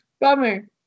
Bummer